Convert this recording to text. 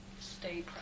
stay